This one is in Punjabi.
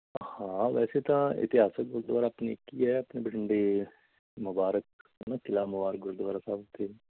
ਹਾਂ ਵੈਸੇ ਤਾਂ ਇਤਿਹਾਸਿਕ ਗੁਰਦੁਆਰਾ ਆਪਣੇ ਇੱਕ ਹੀ ਹੈ ਆਪਣੇ ਬਠਿੰਡੇ ਮੁਬਾਰਕ ਹੈ ਨਾ ਕਿਲ੍ਹਾ ਮੁਬਾਰਕ ਗੁਰਦੁਆਰਾ ਸਾਹਿਬ ਉੱਥੇ